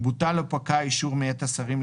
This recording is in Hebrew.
בוטל או פקע אישור מאת השרים,